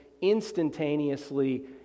instantaneously